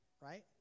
Right